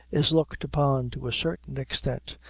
is looked upon, to a certain extent,